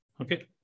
Okay